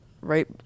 right